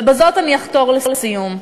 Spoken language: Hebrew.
ובזאת אני אחתור לסיום: